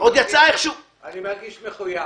אני מרגיש מחויב.